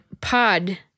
pod